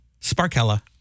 Sparkella